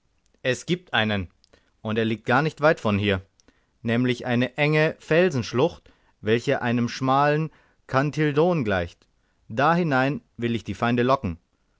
es gibt einen und er liegt gar nicht weit von hier nämlich eine enge felsenschlucht welche einem schmalen kantilde on gleicht da hinein will ich die feinde locken